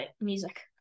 music